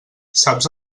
saps